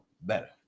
better